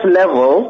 level